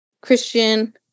christian